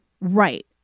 Right